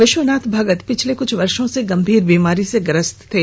विश्वनाथ भगत पिछले कुछ वर्षों से गंभीर बीमारी से ग्रसित थे